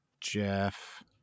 Jeff